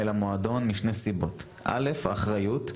למועדון משתי סיבות: קודם כל - האחריות.